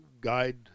guide